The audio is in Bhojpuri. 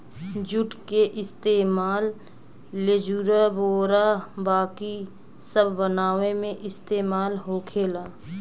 जुट के इस्तेमाल लेजुर, बोरा बाकी सब बनावे मे इस्तेमाल होखेला